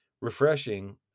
Refreshing